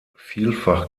vielfach